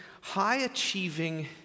high-achieving